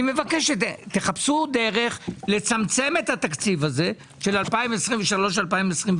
אני מבקש שתחפשו דרך לצמצם את התקציב של 2023 ו-2024.